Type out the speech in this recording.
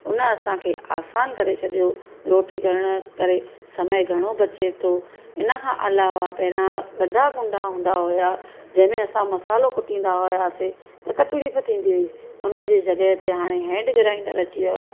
उन असांखे आसानु करे छॾियो रोटी करणु करे समय घणो बचे थो हिनखां अलावा पहिरां वॾा गुंडा हूंदा हुया जंहिं में असां मसालो कुटींदा हुआसीं त तकलीफ़ थींदी हुई हुनजे जॻह ते हाणे हैंड ग्राइंडर अची वियो आहे